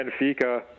Benfica